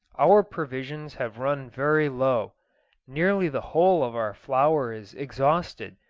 our provisions have run very low nearly the whole of our flour is exhausted,